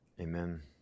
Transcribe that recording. Amen